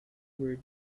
were